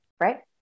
Right